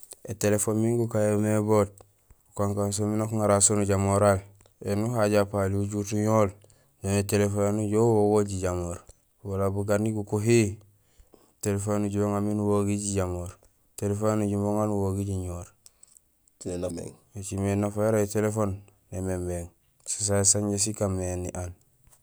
Ētéléfoon ming gukan yomé boot, gukankaan so miin nak uŋaral so nujamoral. Ēni uhajo apali ujut uñool, nuŋa étéléfoni nuju uwogool jijamoor wala bugani gukuhiyi, étéléfoon ya nuhé uŋayo nuwogil jijamor, étéléfoon yayu nujumé uŋaar nuwogiil jiñohoor. Ēcimé nafa yara étéléfoon némémééŋ, so sasé sanja si kaan mé ni aan